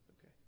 okay